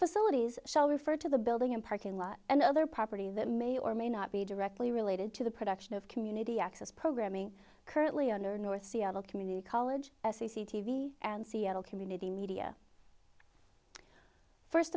facilities shall refer to the building and parking lot and other property that may or may not be directly related to the production of community access programming currently under north seattle community college t v and seattle community media first